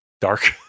Dark